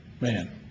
Man